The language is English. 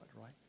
right